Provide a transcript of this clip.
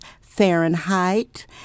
Fahrenheit